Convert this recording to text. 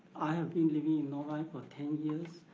i have been living in novi for ten years.